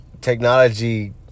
technology